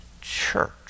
church